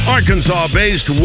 Arkansas-based